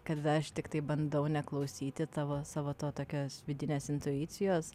kad aš tiktai bandau neklausyti tavo savo tokios vidinės intuicijos